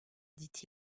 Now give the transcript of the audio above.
dit